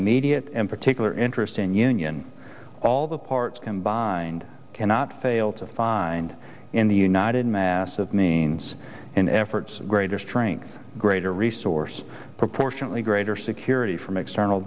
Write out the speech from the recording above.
immediate and particular interest in union all the parts combined cannot fail to find in the united mass of means in efforts greater strength greater resource proportionately greater security from external